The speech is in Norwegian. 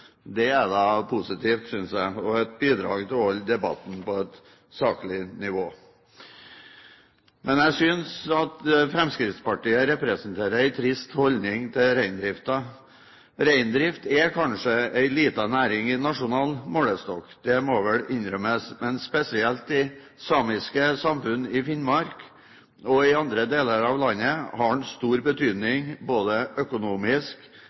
Det er da positivt, synes jeg, og et bidrag til å holde debatten på et saklig nivå. Men jeg synes at Fremskrittspartiet representerer en trist holdning til reindriften. Reindrift er kanskje en liten næring i nasjonal målestokk – det må vel innrømmes – men spesielt i samiske samfunn i Finnmark, og i andre deler av landet, har den stor betydning både økonomisk,